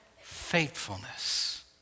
faithfulness